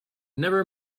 never